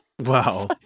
Wow